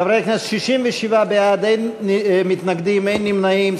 חברי הכנסת, 67 בעד, אין מתנגדים ואין נמנעים.